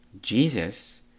Jesus